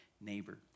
neighbor